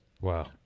Wow